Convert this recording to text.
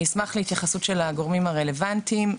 אני אשמח להתייחסות של הגורמים הרלוונטיים.